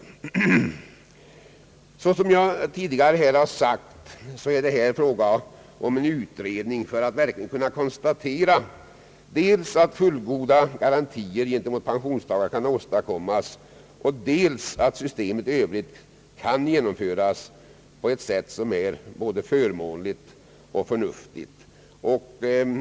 Såsom jag tidigare sagt är det här fråga om en utredning för att verkligen konstatera dels att fullgoda garantier kan ges pensionstagarna, dels att systemet i övrigt kan genomföras på ett sätt som är både förmånligt och förnuftigt.